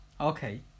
Okay